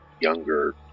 younger